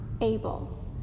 able